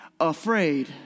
afraid